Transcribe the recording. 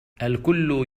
الكل